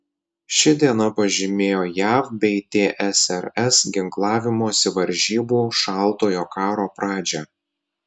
ši diena pažymėjo jav bei tsrs ginklavimosi varžybų šaltojo karo pradžią